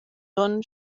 dunn